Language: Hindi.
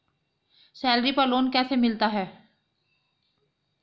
सैलरी पर लोन कैसे मिलता है?